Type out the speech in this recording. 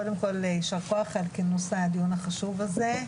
קודם כל יישר כוח על נושא הדיון החשוב הזה.